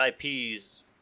IPs